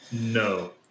No